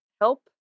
help